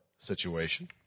situation